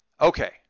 okay